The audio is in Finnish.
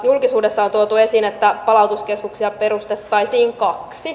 julkisuudessa on tuotu esiin että palautuskeskuksia perustettaisiin kaksi